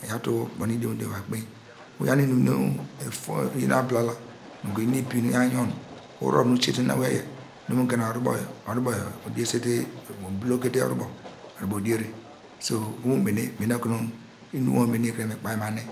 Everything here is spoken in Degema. Eyawtu ubo nu idiom idiom eva kpein, uyaw inum nu ifun, abilala nu kuru inum nu ibin iyaw yon urov nu isisen nu awiye yor dor oho nu mugena oyor yor, orubo odiere so oho mu mene, mene okunu, inum nu wor mu mene kreni kpain mane